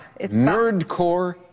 Nerdcore